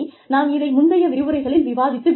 நாம் இதை முந்தைய விரிவுரைகளில் விவாதித்து விட்டோம்